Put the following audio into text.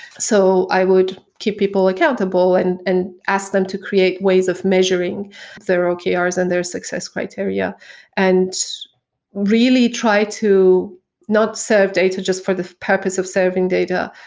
so, i would keep people accountable and and ask them to create ways of measuring their okrs and their success criteria and really try to not serve data just for the purpose of serving data,